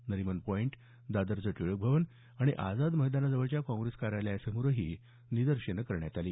Nariman point दादरच्या टिळक भवन आणि आझाद मैदानाजवळच्या काँग्रेस कार्यालयांसमोरही निदर्शनं करण्यात आली